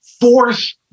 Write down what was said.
force